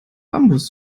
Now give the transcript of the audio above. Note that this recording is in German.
bambus